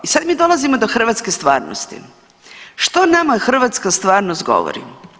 I sad mi dolazimo do hrvatske stvarnosti, što nama hrvatska stvarnost govori?